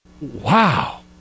Wow